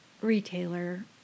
retailer